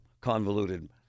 convoluted